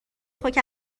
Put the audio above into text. خاک